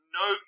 no